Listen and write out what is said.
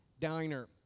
Diner